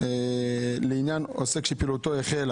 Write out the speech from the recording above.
לעניין עוסק שפעילותו החלה